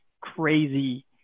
crazy